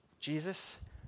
Jesus